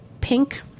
pink